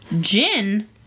Gin